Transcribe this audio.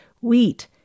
wheat